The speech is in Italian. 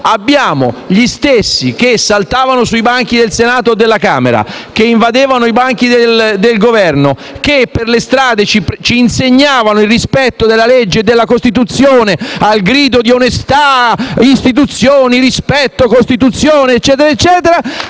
Abbiamo gli stessi che saltavano sui banchi del Senato o della Camera, che invadevano i banchi del Governo, che per le strade ci insegnavano il rispetto della legge e della Costituzione al grido di «onestà!», «istituzioni!», «rispetto!», «Costituzione!» e così via, che